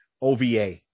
OVA